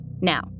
Now